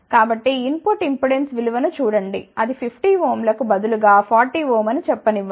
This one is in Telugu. కాబట్టి ఇన్ పుట్ ఇంపెడెన్స్ విలువ ను చూడండి అది 50 ఓం లకు బదులుగా 40 ఓం అని చెప్పనివ్వండి